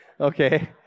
Okay